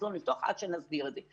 אז לא ניפתח עד שנסדיר את זה.